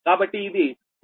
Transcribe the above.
కాబట్టి ఇది 59